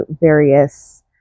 various